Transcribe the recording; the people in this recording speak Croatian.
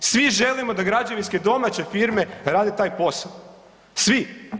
Svi želimo da građevinske domaće firme rade taj posao, svi.